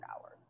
hours